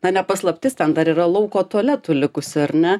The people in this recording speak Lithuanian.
na ne paslaptis ten dar yra lauko tualetų likusių ar ne